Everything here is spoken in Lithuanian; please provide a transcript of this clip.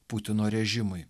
putino režimui